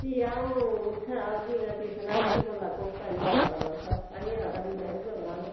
फ्ही अं'ऊ उत्थें औगी ते सनाह्गी भला कोह्का नेहा सस्ता नेहा ते फ्ही में उ'यै कराना